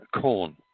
corn